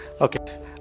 Okay